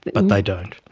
but they don't.